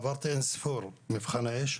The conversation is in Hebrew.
עברתי ארבע מלחמות, עברתי אין ספור מבחני אש,